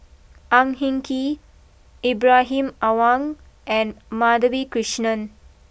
Ang Hin Kee Ibrahim Awang and Madhavi Krishnan